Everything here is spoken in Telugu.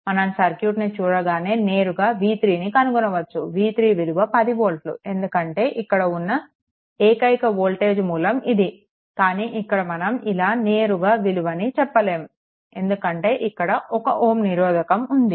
మనం సర్క్యూట్ని చూడగానే నేరుగా v3 ను కనుగొనవచ్చు v3 విలువ 10 వోల్ట్లు ఎందుకంటే ఇక్కడ ఉన్న ఏకైక వోల్టేజ్ మూలం ఇది కానీ ఇక్కడ మనం ఇలా నేరుగా విలువని చెప్పలేము ఎందుకంటే ఇక్కడ 1Ω నిరోధకం ఉంది